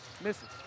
misses